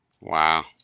Wow